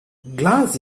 glass